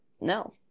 no